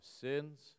sins